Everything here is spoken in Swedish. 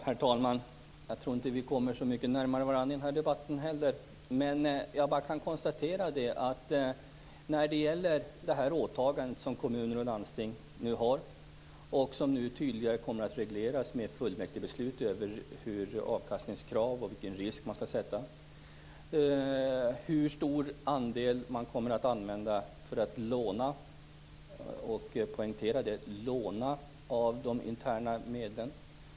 Herr talman! Jag tror att vi inte heller i den här debatten kommer så mycket närmare varandra. Jag kan bara konstatera att när det gäller det åtagande som kommuner och landsting nu har kommer det tydligare att regleras med ett fullmäktigebeslut om avkastningskrav och vilken risk man skall acceptera. Det gäller också hur stor andel man kommer att använda för att låna - jag vill poängtera att det handlar om att låna - av de interna medlen.